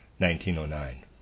1909